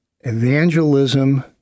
evangelism